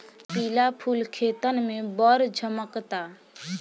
पिला फूल खेतन में बड़ झम्कता